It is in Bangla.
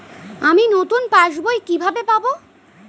আমি নতুন পাস বই কিভাবে পাব?